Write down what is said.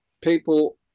people